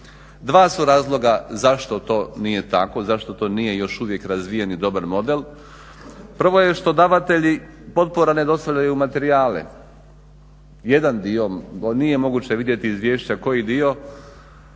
Dva su razloga zašto to nije tako, zašto to nije još uvijek razvijen i dobar model. Prvo je što davatelji potpora ne dostavljaju materijale, jedan dio nije moguće vidjeti izvješća koji dio